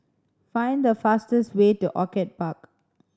find the fastest way to Orchid Park